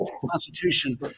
Constitution